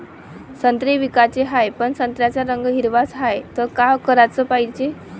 संत्रे विकाचे हाये, पन संत्र्याचा रंग हिरवाच हाये, त का कराच पायजे?